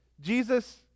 Jesus